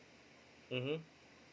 mmhmm